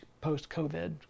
post-COVID